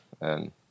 and-